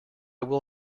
will